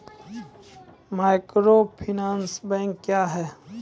Microfinance bank क्या हैं?